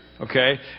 Okay